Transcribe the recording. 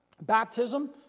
Baptism